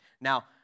Now